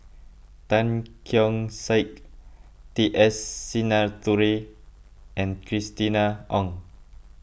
Tan Keong Saik T S Sinnathuray and Christina Ong